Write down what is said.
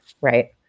right